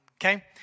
okay